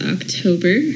October